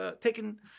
taken